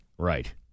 Right